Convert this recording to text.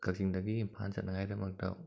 ꯀꯛꯆꯤꯡꯗꯒꯤ Imphal ꯆꯠꯅꯉꯥꯏꯗꯃꯛꯇ